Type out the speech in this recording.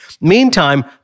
Meantime